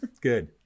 Good